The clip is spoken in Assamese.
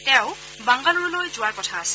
তেওঁ বাংগালুৰুলৈও যোৱাৰ কথা আছে